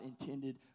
intended